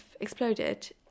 exploded